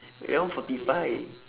eleven forty five